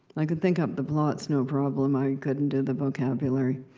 i could think up the plots, no problem. i couldn't do the vocabulary.